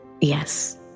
Yes